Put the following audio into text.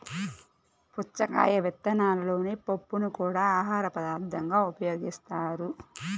పుచ్చకాయ విత్తనాలలోని పప్పుని కూడా ఆహారపదార్థంగా ఉపయోగిస్తారు